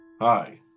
Hi